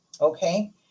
Okay